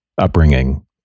upbringing